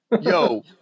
Yo